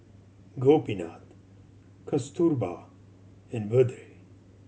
Gopinath Kasturba and Vedre